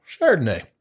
Chardonnay